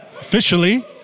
Officially